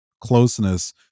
closeness